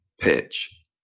pitch